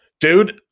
dude